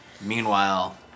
Meanwhile